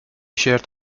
شرت